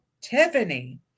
tiffany